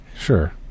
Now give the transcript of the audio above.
Sure